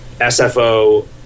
SFO